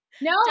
No